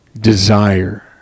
desire